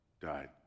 died